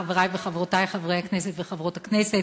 חברי וחברותי חברי הכנסת וחברות הכנסת,